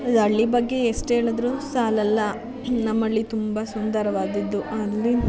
ಹಳ್ಳಿ ಬಗ್ಗೆ ಎಷ್ಟು ಹೇಳಿದ್ರೂನು ಸಾಲಲ್ಲ ನಮ್ಮ ಹಳ್ಳಿ ತುಂಬ ಸುಂದರವಾದದ್ದು ಅಲ್ಲಿ